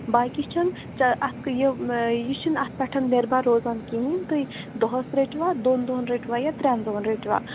باقی چھُنہٕ یہِ یہِ چھُنہٕ اَتھ پٮ۪ٹھ نِربَر روزان کِہیٖنۍ تُہۍ دۄہَس رٔٹۍوا دۄن دۄہَن رٔٹۍوا یا ترٛٮ۪ن دۄہَن رٔٹۍوا